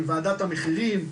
עם וועדת המחירים,